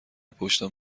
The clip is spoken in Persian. پشتم